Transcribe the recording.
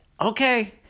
okay